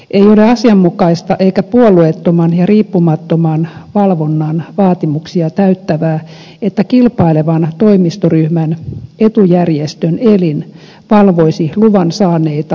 ei ole asianmukaista eikä puolueettoman ja riippumattoman valvonnan vaatimuksia täyttävää että kilpailevan toimistoryhmän etujärjestön elin valvoisi luvan saaneita oikeudenkäyntiavustajia